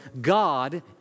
God